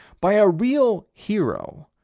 by a real hero,